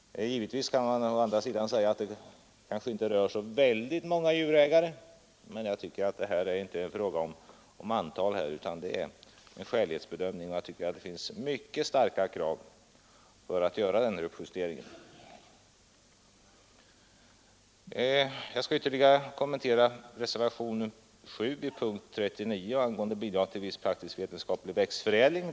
Givetvis kan man å andra sidan säga att det inte rör så väldigt många djurägare, men jag tycker att det härvidlag inte är en fråga om antalet utan en skälighetsbedömning, och det finns mycket starka skäl för att göra den föreslagna justeringen. Reservationen 7 gäller bidrag till viss praktiskt vetenskaplig växtförädling.